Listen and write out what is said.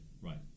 Right